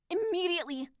Immediately